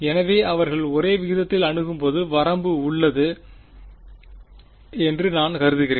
எனவே அவர்கள் ஒரே விகிதத்தில் அணுகும்போது வரம்பு உள்ளது என்று நான் கருதுகிறேன்